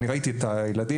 ואני ראיתי את הילדים,